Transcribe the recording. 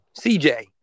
CJ